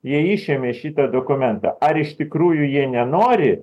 jie išėmė šitą dokumentą ar iš tikrųjų jie nenori